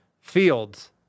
fields